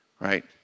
right